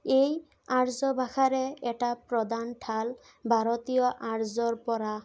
এই আৰ্য ভাষাৰে এটা প্ৰধান ঠাল ভাৰতীয় আৰ্যৰ পৰা